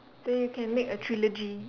so you can make a trilogy